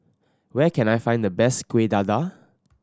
where can I find the best Kuih Dadar